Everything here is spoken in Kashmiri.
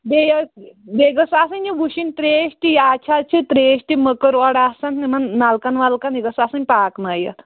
بیٚیہِ یہِ بیٚیہِ گژھ آسٕنۍ یہِ وُشِنۍ تریش تہِ یہِ حظ چھِ تریش تہِ مٔکٕر اورٕ آسان یِمن نَلکن ولکن یہِ گٔژھ آسٕنۍ پاکنٲوِتھ